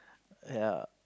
ya